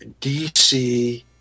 DC